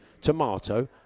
tomato